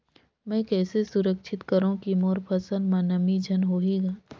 मैं कइसे सुरक्षित करो की मोर फसल म नमी झन होही ग?